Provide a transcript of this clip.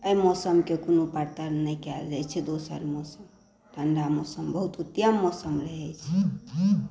एहि मौसमके कोनो परतर नहि कयल जाइ छै कोनो दोसर मौसमसंँ ठण्डा मौसम बहुत उत्तम मौसम रहै छै